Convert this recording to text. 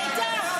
ראית?